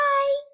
Bye